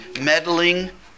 meddling